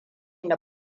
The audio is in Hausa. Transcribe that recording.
na